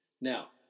Now